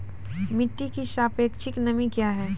मिटी की सापेक्षिक नमी कया हैं?